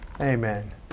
Amen